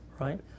right